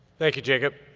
thank you, jacob.